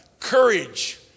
Courage